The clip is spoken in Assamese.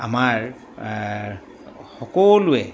আমাৰ সকলোৱে